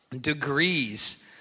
degrees